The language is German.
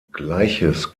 gleiches